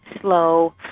slow